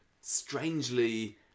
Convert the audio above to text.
strangely